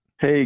Hey